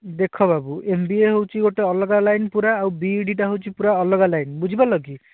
ଦେଖ ବାବୁ M B A ହେଉଛି ଗୋଟେ ଅଲଗା ଲାଇନ୍ ପୁରା ଆଉ ବିଇଡ଼ିଟା ହେଉଛି ପୁରା ଅଲଗା ଲାଇନ୍ ବୁଝିପାରିଲ କି